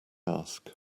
ask